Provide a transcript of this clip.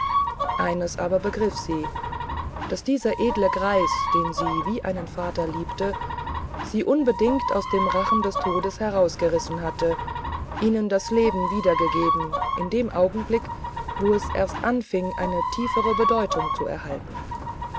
eines aber begriff sie daß dieser edle greis den sie wie einen vater liebte sie beide aus dem rachen des todes herausgerissen hatte ihnen das leben wiedergegeben in dem augenblick wo es erst anfing eine tiefere bedeutung zu erhalten